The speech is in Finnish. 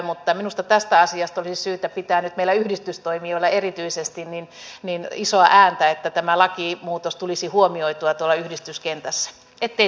mutta minusta tästä asiasta olisi syytä pitää nyt meillä yhdistystoimijoilla erityisesti niin isoa ääntä että tämä lakimuutos tulisi huomioitua tuolla yhdistyskentässä ettei tulisi vahinkoja